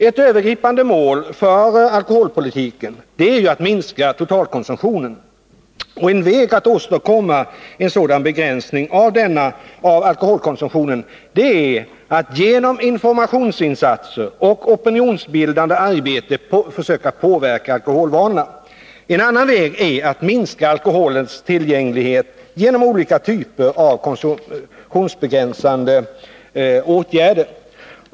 Ett övergripande mål för alkoholpolitiken är ju att minska totalkonsumtionen. En väg att åstadkomma en sådan begränsning av alkoholkonsumtionen är att genom informationsinsatser och opinionsbildande arbete försöka påverka alkoholvanorna. En annan väg är att minska alkoholens tillgänglighet genom olika typer av konsumtionsbegränsande åtgärder.